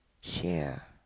share